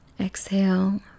Exhale